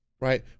right